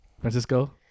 Francisco